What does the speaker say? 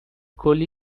کلی